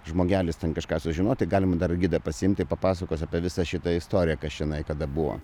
žmogelis ten kažką sužinoti galima dar gidą pasiimti papasakos apie visą šitą istoriją kas čionai kada buvo